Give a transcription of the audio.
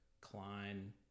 Klein